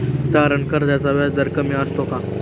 तारण कर्जाचा व्याजदर कमी असतो का?